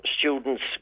students